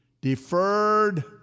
deferred